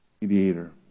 mediator